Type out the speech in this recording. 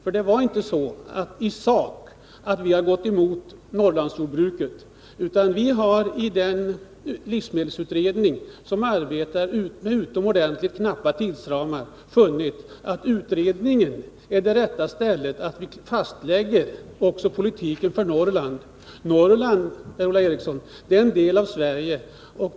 Vi har inte i sak gått emot Norrlandsjordbruket, utan vi har i livsmedelsutredningen, som arbetar med utomordentligt knappa tidsramar, funnit att utredningen är rätta stället att fastlägga också politiken för Norrland. Norrland, Per-Ola Eriksson, är en del av Sverige.